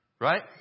right